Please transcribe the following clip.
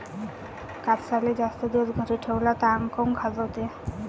कापसाले जास्त दिवस घरी ठेवला त आंग काऊन खाजवते?